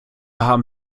haben